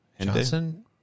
Johnson